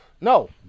No